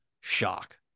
shock